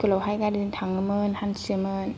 स्कुलावहाय गारिजों थाङोमोन हान्थियोमोन